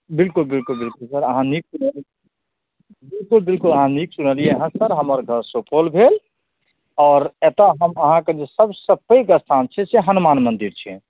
बिल्कुल बिल्कुल बिल्कुल बिल्कुल बिल्कुल अहाँ नीक सुनलियै हँ सर हमर घर सर सुपौल भेल और एतऽ हम अहाँकेँ जे सबसँ पैघ जे स्थान छै से हनुमान मन्दिर छै